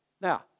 Now